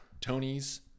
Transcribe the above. Tony's